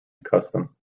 custom